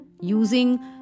Using